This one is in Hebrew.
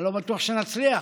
אני לא בטוח שנצליח,